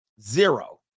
Zero